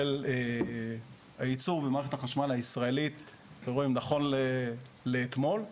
הייצור במערכת החשמל הישראלית נכון לאתמול.